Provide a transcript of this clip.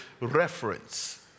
reference